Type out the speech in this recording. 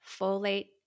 folate